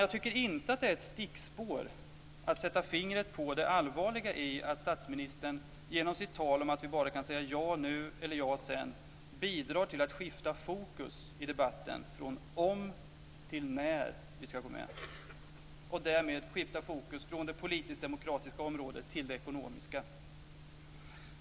Jag tycker inte att det är ett stickspår att sätta fingret på det allvarliga i att statsministern genom sitt tal om att vi bara kan säga ja nu eller ja sedan bidrar till att skifta fokus i debatten från om till när vi ska gå med, och därmed att skifta fokus från det politisk-demokratiska området till det ekonomiska.